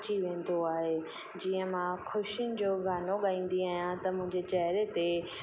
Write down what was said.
अची वेंदो आहे जीअं मां ख़ुशियुनि जो गानो गाईंदी आहियां त मुंहिंजे चहरे ते